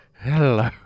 Hello